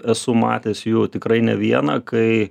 esu matęs jų tikrai ne vieną kai